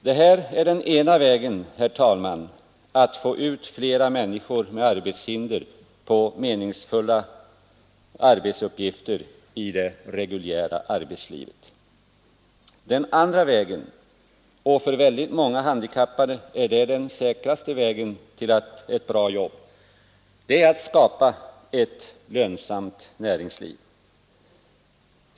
Detta är den ena vägen att bereda fler människor med arbetshinder meningsfulla arbetsuppgifter i det reguljära arbetslivet. Den andra vägen — och för många handikappade är det den säkraste vägen till ett bra jobb — är att skapa ett lönsamt näringsliv.